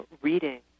reading